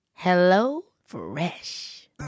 HelloFresh